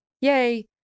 yay